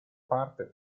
parte